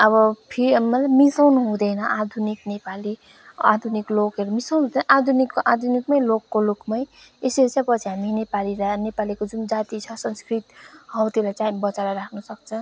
अब फि मिसाउनु हुँदैन आधुनिक नेपाली आधुनिक लोकहरू मिसाउनु हुँदैन आधुनिकको आधुनिकमै लोकको लोकमै यसरी चाहिँ पछि हामी नेपाली र नेपालीको जुन जाति छ संस्कृत हौ त्योलाई चाहिँ हामी बचाएर राख्न सक्छ है